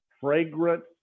fragrant